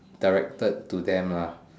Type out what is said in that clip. directed to them ah